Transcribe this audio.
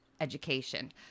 education